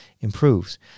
improves